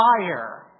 fire